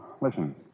Listen